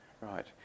Right